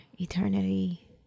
eternity